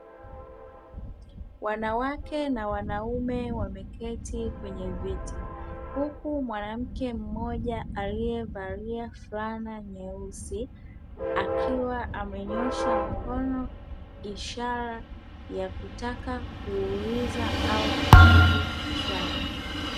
Wanawake na wanaume wameketi kwenye viti, huku mwanamke mmoja aliyevalia fulana nyeusi akiwa amenyooosha mkono ishara ya kutaka kuuliza au kujibu swali.